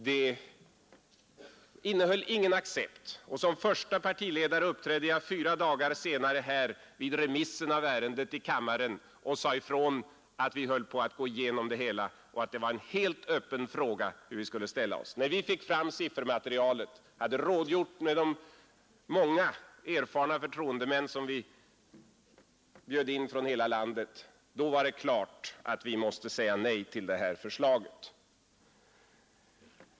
Det innehöll ingen accept, och som förste partiledare uppträdde jag fyra dagar senare här vid remissen av ärendet i kammaren och sade ifrån att vi höll på att gå igenom det hela och att det var en helt öppen fråga hur vi skulle ställa oss. När vi fick fram siffermaterialet och hade rådgjort med de många erfarna förtroendemän som vi bjöd in från hela landet, var det klart att vi måste säga nej till det här förslaget.